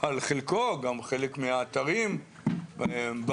אבל חלקו וגם חלק מהאתרים במקום,